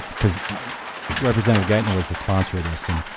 because representative geitner was the sponsor of this and